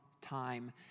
time